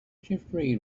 jeffery